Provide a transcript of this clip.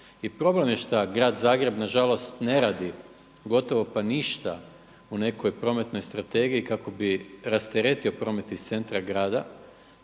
I problem je šta grad Zagreb na žalost ne radi gotovo pa ništa u nekoj Prometnoj strategiji kako bi rasteretio promet iz centra grada,